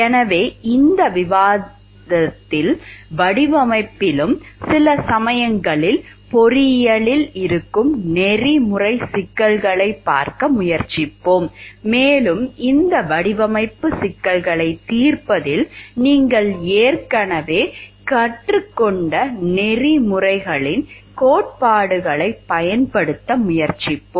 எனவே இந்த விவாதத்தில் வடிவமைப்பிலும் சில சமயங்களில் பொறியியலில் இருக்கும் நெறிமுறைச் சிக்கல்களைப் பார்க்க முயற்சிப்போம் மேலும் இந்த வடிவமைப்பு சிக்கல்களைத் தீர்ப்பதில் நீங்கள் ஏற்கனவே கற்றுக்கொண்ட நெறிமுறைகளின் கோட்பாடுகளைப் பயன்படுத்த முயற்சிப்போம்